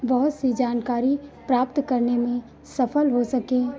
बहुत सी जानकारी प्राप्त करने में सफल हो सकें